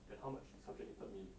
and how much the subject hated me